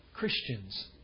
Christians